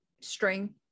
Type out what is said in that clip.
string